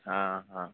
हाँ हाँ